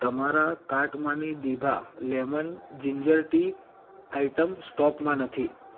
તમારા કાર્ટમાંની દીભા લેમન જીંજર ટી આઇટમ સ્ટોકમાં નથી